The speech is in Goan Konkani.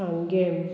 सांगेम